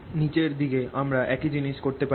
নিচের দিকে আমরা একই জিনিস করতে পারি